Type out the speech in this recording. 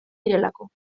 direlako